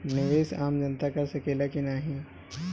निवेस आम जनता कर सकेला की नाहीं?